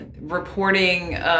reporting